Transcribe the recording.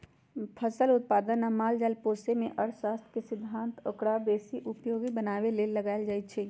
फसल उत्पादन आ माल जाल पोशेमे जे अर्थशास्त्र के सिद्धांत ओकरा बेशी उपयोगी बनाबे लेल लगाएल जाइ छइ